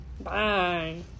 Bye